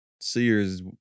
Sears